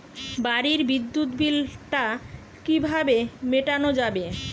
বাড়ির বিদ্যুৎ বিল টা কিভাবে মেটানো যাবে?